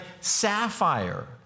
sapphire